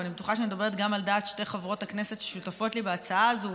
ואני בטוחה שאני מדברת גם על דעת שתי חברות הכנסת ששותפות לי בהצעה הזאת